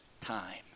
time